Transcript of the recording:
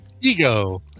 ego